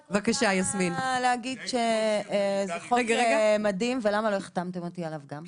חוק מדהים, למה לא החתמתם אותי גם עליו?